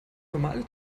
normale